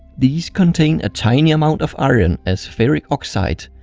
these contain a tiny amount of iron as ferric oxide.